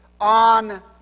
On